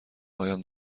هایم